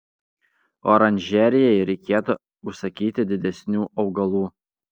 oranžerijai reikėtų užsakyti didesnių augalų